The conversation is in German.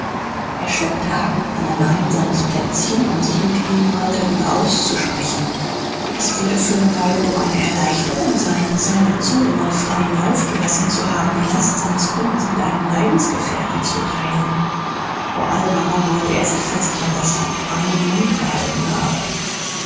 er schleppte huck an ein einsames plätzchen um sich mit ihm mal darüber auszusprechen es würde für ne weile doch eine erleichterung sein seiner zunge mal freien lauf gelassen zu haben die last seines kummers mit einem leidensgefährten zu teilen vor allem aber wollte er sich versichern daß huck reinen mund gehalten habe